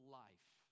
life